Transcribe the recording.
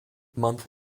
month